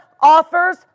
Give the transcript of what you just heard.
offers